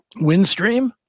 windstream